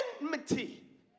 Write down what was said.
enmity